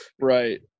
Right